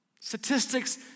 Statistics